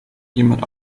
jemand